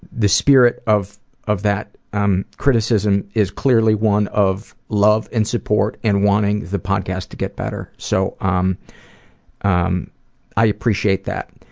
the spirit of of that um criticism is clearly one of love and support and wanting the podcast to get better. so, um um i appreciate that.